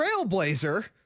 trailblazer